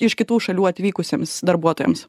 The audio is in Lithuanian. iš kitų šalių atvykusiems darbuotojams